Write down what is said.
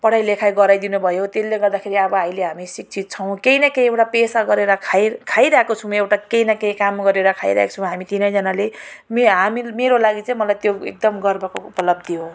पढाई लेखाई गराइदिनु भयो त्यसले गर्दाखेरि अहिले हामी शिक्षित छौँ केही न केही एउटा पेसा गरेर खाइ खाइरहेको छौँ एउटा केही न केही काम गरेर खाइरहेका छौँ हामी तिनैजनाले मे हामी मेरो लागि चाहिँ मलाई त्यो एकदम गर्वको उपलब्धि हो